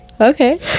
okay